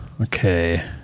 okay